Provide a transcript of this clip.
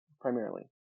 Primarily